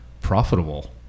profitable